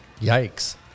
yikes